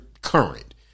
current